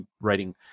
writing